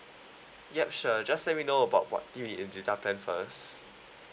yup sure just let me know about what you need in data plan first